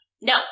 no